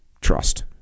trust